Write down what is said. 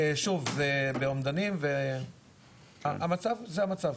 שוב, זה באומדנים, זה המצב.